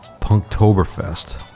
Punktoberfest